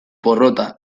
porrota